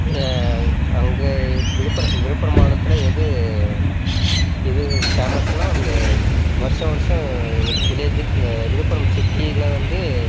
அங்கே விழுப்புர விழுப்புரம் மாவட்டத்தில் எது இது ஃபேமஸ்னால் அந்த வர்ஷம் வர்ஷம் எங்கள் வில்லேஜ்ஜு விழுப்புரம் சிட்டியில் வந்து